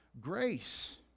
grace